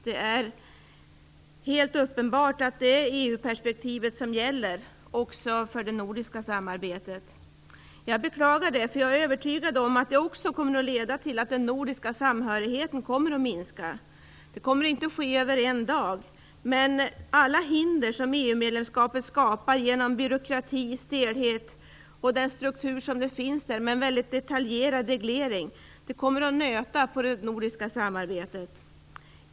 Det är helt uppenbart att det är EU-perspektivet som gäller också för det nordiska samarbetet. Jag beklagar detta, för jag är övertygad om att det kommer att leda till att den nordiska samhörigheten kommer att minska. Det kommer inte att ske över en dag, men alla de hinder som EU-medlemskapet skapar genom byråkrati och stelhet och genom den struktur som finns med detaljerad reglering kommer att nöta på det nordiska samarbetet.